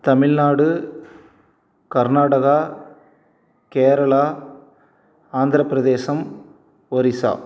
Tamil Nadu Karnataka Kerala Andhra Pradesh Orissa